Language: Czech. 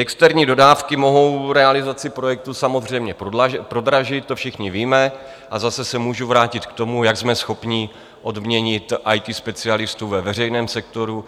Externí dodávky mohou realizaci projektu samozřejmě prodražit, to všichni víme, a zase se můžu vrátit k tomu, jak jsme schopni odměnit IT specialistu ve veřejném sektoru